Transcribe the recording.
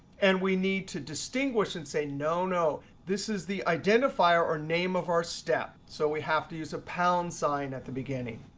and we need to distinguish and say no, no. this is the identifier name of our step. so we have to use a pound sign at the beginning.